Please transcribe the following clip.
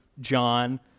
John